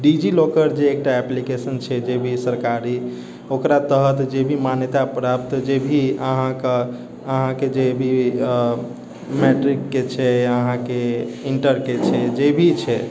D G लौकर जे एकटा application छै जे भी सरकारी ओकरा तहत जे भी मान्यता प्राप्त जे भी अहाँकेँ अहाँकेँ जे भी मैट्रिकके छै अहाँकेँ इन्टरके छै जे भी छै